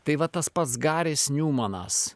tai va tas pats garis njumanas